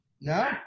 No